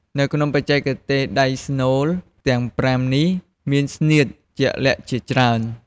នៅក្នុងបច្ចេកទេសដៃស្នូលទាំងប្រាំនេះ មាន ស្នៀត ជាក់លាក់ជាច្រើន។